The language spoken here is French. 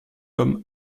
comme